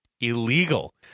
illegal